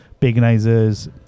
Paganizer's